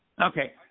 Okay